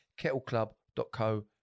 kettleclub.co